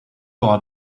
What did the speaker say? aura